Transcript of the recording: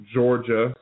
Georgia